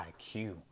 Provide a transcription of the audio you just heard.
IQ